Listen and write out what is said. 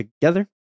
together